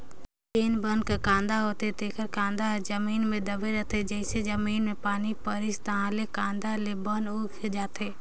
जेन बन कर कांदा होथे तेखर कांदा ह जमीन म दबे रहिथे, जइसे जमीन म पानी परिस ताहाँले ले कांदा ले बन ह उग जाथे